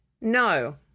No